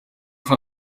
van